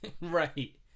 Right